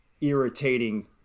irritating